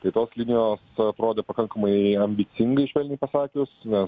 tai tos linijos atrodė pakankamai ambicingai švelniai pasakius nes